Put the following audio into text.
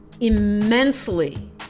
Immensely